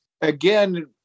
again